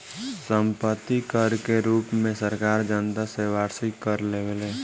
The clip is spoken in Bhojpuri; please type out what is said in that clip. सम्पत्ति कर के रूप में सरकार जनता से वार्षिक कर लेवेले